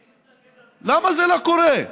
אני מתנגד לזה, למה זה לא קורה?